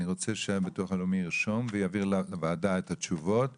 אני רוצה שהביטוח הלאומי ירשום ויעביר את התשובות לוועדה.